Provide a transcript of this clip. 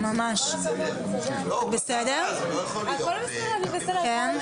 שר החקלאות ופיתוח הכפר עודד פורר: